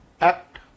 Act